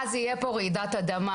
אז תהיה פה רעידת אדמה,